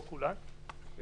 לא כולן,